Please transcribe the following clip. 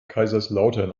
kaiserslautern